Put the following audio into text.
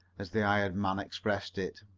as the hired man expressed it.